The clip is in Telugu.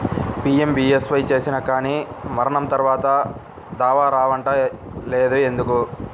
పీ.ఎం.బీ.ఎస్.వై చేసినా కానీ మరణం తర్వాత దావా రావటం లేదు ఎందుకు?